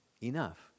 Enough